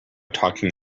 talking